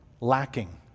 lacking